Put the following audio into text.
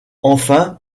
enfin